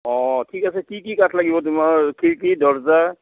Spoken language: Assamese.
অঁ ঠিক আছে কি কি কাঠ লাগিব তোমাৰ খিৰিকী দৰজা